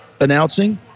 announcing